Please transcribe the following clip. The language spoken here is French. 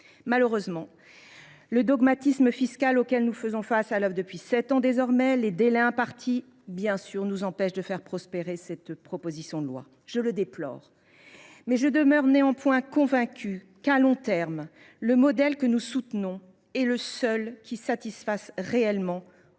Malheureusement, le dogmatisme fiscal auquel nous faisons face depuis sept ans et les délais qui nous sont impartis nous empêchent de faire prospérer notre proposition de loi. Je le déplore, mais je demeure convaincue qu’à long terme le modèle que nous soutenons est le seul qui satisfasse réellement